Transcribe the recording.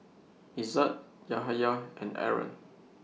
Izzat Yahaya and Aaron